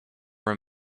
were